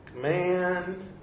man